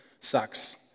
sucks